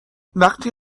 وقتی